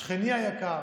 שכני היקר,